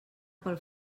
pel